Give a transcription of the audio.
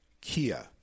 kia